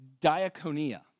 Diakonia